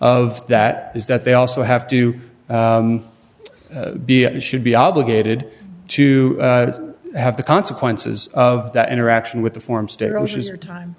of that is that they also have to be a should be obligated to have the consequences of that interaction with the form stero she's your time